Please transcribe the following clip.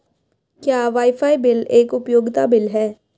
क्या wifi bill एक उपयोगिता बिल है?